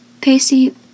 Pacey